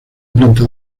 planta